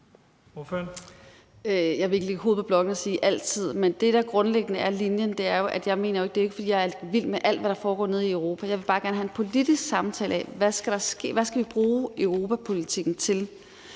Jeg vil ikke lægge hovedet på blokken og sige »altid«. Men det, der grundlæggende er linjen, er jo ikke, at jeg er vild med alt, hvad der foregår nede i Europa. Jeg vil bare gerne have en politisk samtale om, hvad der skal ske, og hvad vi skal bruge europapolitikken til.